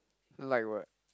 then like what